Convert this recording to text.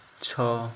ଛଅ